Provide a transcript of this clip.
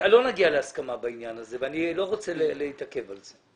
לא נגיע להסכמה בעניין הזה ואני לא רוצה להתעכב על זה.